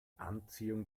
anziehung